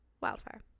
wildfire